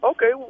Okay